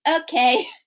okay